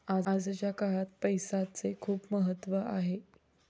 आजच्या काळात पैसाचे खूप महत्त्व आहे